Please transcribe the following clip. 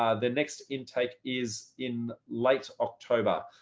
um the next intake is in late october.